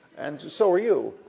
and so are you.